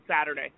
Saturday